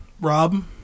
Rob